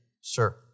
sir